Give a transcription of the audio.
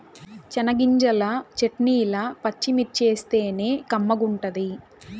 చెనగ్గింజల చెట్నీల పచ్చిమిర్చేస్తేనే కమ్మగుంటది